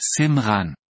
Simran